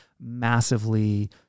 massively